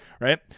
right